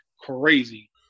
crazy